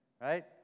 right